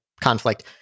conflict